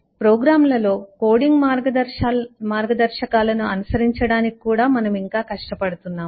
ప్రోగ్రామ్లలో కోడింగ్ మార్గదర్శకాలను అనుసరించడానికి కూడా మనము ఇంకా కష్టపడుతున్నాము